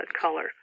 color